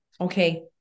okay